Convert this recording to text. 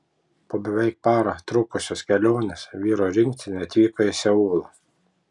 po beveik parą trukusios kelionės vyrų rinktinė atvyko į seulą